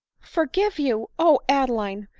forgive you! oh, adeline!